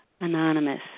Anonymous